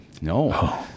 No